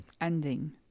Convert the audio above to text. Ending